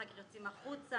אחר כך יוצאים החוצה,